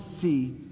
see